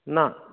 न